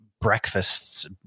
breakfasts